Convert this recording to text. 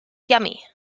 yummy